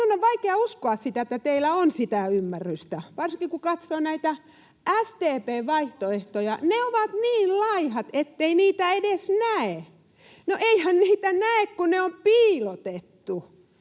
Minun on vaikea uskoa, että teillä on sitä ymmärrystä. Varsinkin kun katsoo näitä SDP:n vaihtoehtoja, niin ne ovat niin laihat, ettei niitä edes näe. No, eihän niitä näe, kun ne on piilotettu.